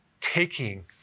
taking